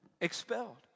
expelled